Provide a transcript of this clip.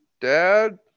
dad